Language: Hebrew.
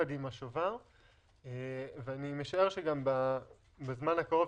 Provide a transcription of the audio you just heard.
אני משער שבזמן הקרוב,